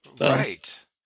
Right